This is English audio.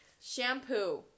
shampoo